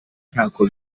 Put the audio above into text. ntako